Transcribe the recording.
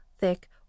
thick